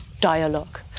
dialogue